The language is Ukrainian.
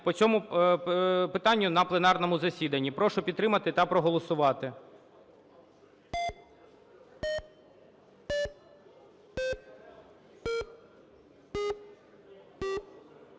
на цьому пленарному засіданні. Прошу підтримати та проголосувати.